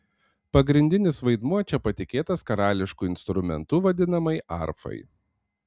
pagrindinis vaidmuo čia patikėtas karališku instrumentu vadinamai arfai